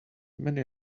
many